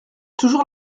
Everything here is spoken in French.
toujours